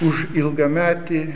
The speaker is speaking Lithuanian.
už ilgametį